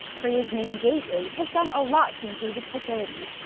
korea's main gateway, has done a lot to improve its facilities,